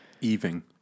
Evening